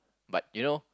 but you know